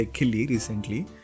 recently